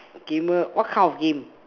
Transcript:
gamer what kind of game